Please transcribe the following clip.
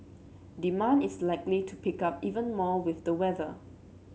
demand is likely to pick up even more with the weather